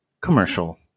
commercial